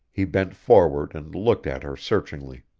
he bent forward and looked at her searchingly.